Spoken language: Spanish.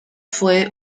fue